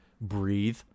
breathe